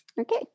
okay